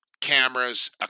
Cameras